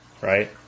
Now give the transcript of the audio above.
Right